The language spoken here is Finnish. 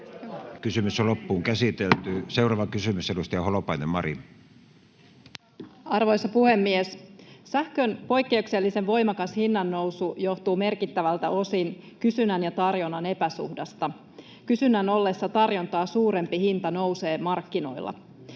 (Mari Holopainen vihr) Time: 16:53 Content: Arvoisa puhemies! Sähkön poikkeuksellisen voimakas hinnannousu johtuu merkittävältä osin kysynnän ja tarjonnan epäsuhdasta. Kysynnän ollessa tarjontaa suurempi hinta nousee markkinoilla.